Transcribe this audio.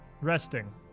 resting